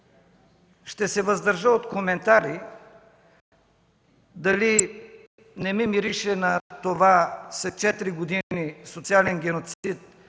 Ще се въздържа от коментари – дали не ми мирише на това, че „след четири години социален геноцид